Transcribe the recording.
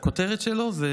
שהכותרת שלו זה